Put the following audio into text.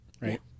right